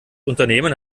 unternehmen